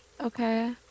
Okay